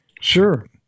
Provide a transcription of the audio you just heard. sure